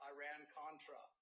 Iran-Contra